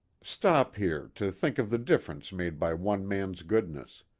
stop here to think of the difference made by one man's goodness.